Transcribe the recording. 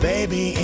Baby